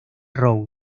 road